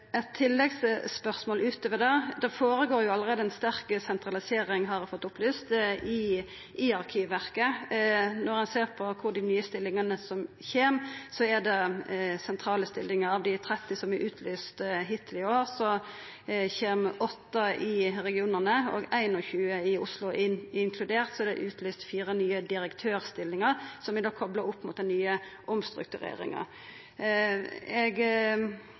tilleggsspørsmål utover det. Det skjer allereie ei sterk sentralisering, har eg fått opplyst, i Arkivverket. Når ein ser på dei nye stillingane som kjem, så er det sentrale stillingar – av dei 30 som er utlyste hittil i år, kjem 8 i regionane og 21 i Oslo. Inkludert er det utlyst fire nye direktørstillingar, som er kopla opp mot den nye omstruktureringa. Eg